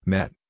Met